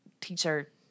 teacher